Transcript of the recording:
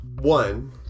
One